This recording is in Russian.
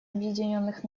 объединенных